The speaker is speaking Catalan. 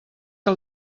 que